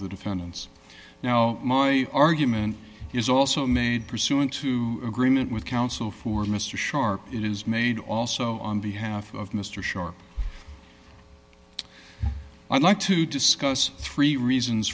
the defendants now my argument is also made pursuant to agreement with counsel for mr sharp it is made also on behalf of mr sharp i'd like to discuss three reasons